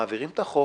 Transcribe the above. מעבירים את החוק,